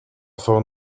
phone